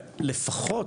ולפחות